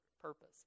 purpose